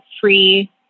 free